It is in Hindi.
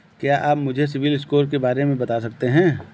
क्या आप मुझे सिबिल स्कोर के बारे में बता सकते हैं?